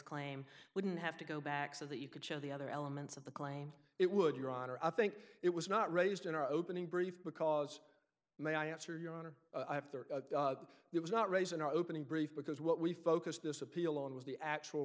claim wouldn't have to go back so that you could show the other elements of the claim it would your honor i think it was not raised in our opening brief because my answer your honor it was not raised in our opening brief because what we focused this appeal on was the actual